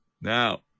Now